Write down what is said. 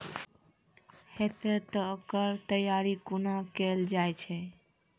हेतै तअ ओकर तैयारी कुना केल जाय?